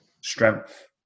strength